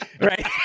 Right